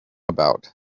about